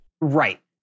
Right